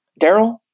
Daryl